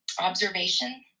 observation